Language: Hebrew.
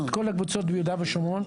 כל הקבוצות ביהודה ושומרון,